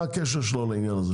מה הקשר של עמיל מכס לעניין הזה?